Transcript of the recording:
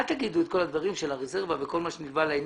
אל תגידו את כל הדברים של הרזרבה וכל מה שנלווה לעניין.